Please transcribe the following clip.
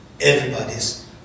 Everybody's